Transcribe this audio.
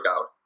out